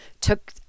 took